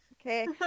okay